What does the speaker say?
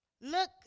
Look